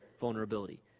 vulnerability